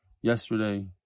Yesterday